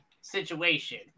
situation